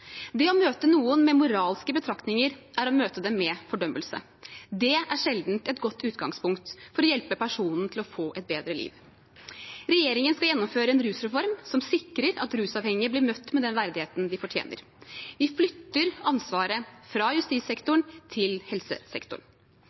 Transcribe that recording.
Det å møte noen med moralske betraktninger er å møte dem med fordømmelse. Det er sjelden et godt utgangspunkt for å hjelpe personen til å få et bedre liv. Regjeringen skal gjennomføre en rusreform som sikrer at rusavhengige blir møtt med den verdigheten de fortjener. Vi flytter ansvaret fra justissektoren til helsesektoren.